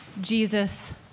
Jesus